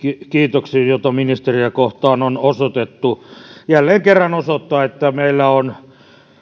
kiitoksiin joita ministeriä kohtaan on osoitettu se jälleen kerran osoittaa että meillä on